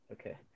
Okay